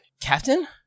Captain